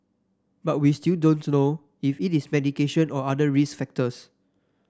but we still don't know if it is medication or other risk factors